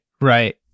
right